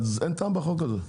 אין טעם בחוק הזה.